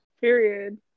Period